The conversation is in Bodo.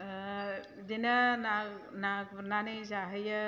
बेदिनो ना ना गुरनानै जाहोयो